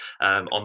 on